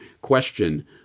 question